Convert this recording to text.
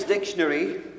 Dictionary